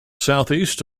southeast